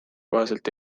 kohaselt